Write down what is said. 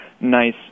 nice